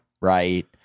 Right